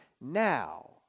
now